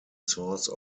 source